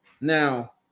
Now